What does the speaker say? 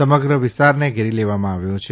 સમગ્ર વિસ્તારને ઘેરી લેવામાં આવ્યો છે